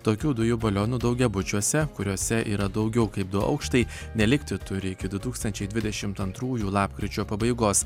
tokių dujų balionų daugiabučiuose kuriuose yra daugiau kaip du aukštai nelikti turi iki du tūkstančiai dvidešimt antrųjų lapkričio pabaigos